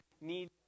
need